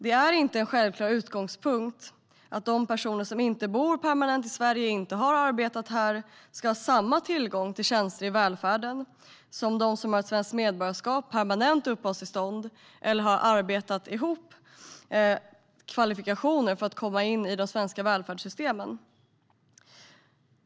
Det är inte en självklar utgångspunkt att personer som inte bor permanent i Sverige och inte har arbetat här ska ha samma tillgång till tjänster i välfärden som de som har svenskt medborgarskap eller permanent uppehållstillstånd eller har arbetat ihop kvalifikationer för att komma in i de svenska välfärdssystemen.